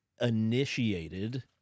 initiated